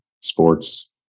sports